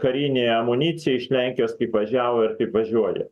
karinė amunicija iš lenkijos kaip važiavo ir taip važiuoja